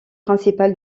principal